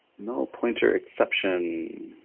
no pointer exception